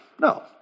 No